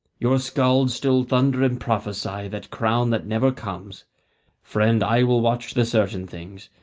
your scalds still thunder and prophesy that crown that never comes friend, i will watch the certain things,